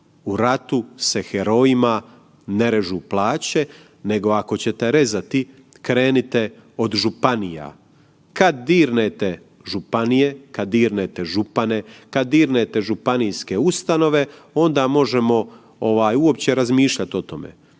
u ratu se herojima ne režu plaće, nego ako ćete rezati krenite od županija. Kad dirnete županije, kad dirnete župane, kad dirnete županijske ustanove onda možemo ovaj uopće razmišljat o tome.